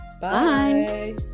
Bye